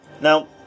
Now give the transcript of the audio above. Now